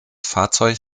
fahrzeug